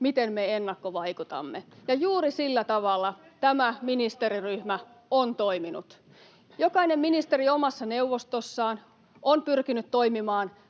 [Anne Kalmarin välihuuto] Ja juuri sillä tavalla tämä ministeriryhmä on toiminut. Jokainen ministeri omassa neuvostossaan on pyrkinyt toimimaan